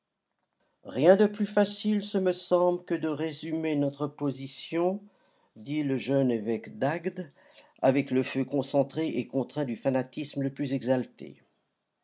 rien de plus facile ce me semble que de résumer notre position dit le jeune évêque d'agde avec le feu concentré et contraint du fanatisme le plus exalté